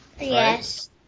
Yes